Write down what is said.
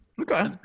Okay